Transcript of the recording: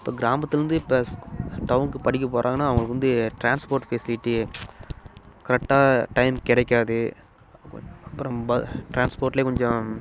இப்போது கிராமத்திலேருந்து இப்போ டவுனுக்கு படிக்கப் போகிறாங்கன்னா அவங்களுக்கு வந்து டிரான்ஸ்போர்ட் ஃபெசிலிட்டி கரெக்டான டைம் கிடைக்காது அப்புறம் ப டிரான்ஸ்போர்ட்லையே கொஞ்சம்